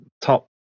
top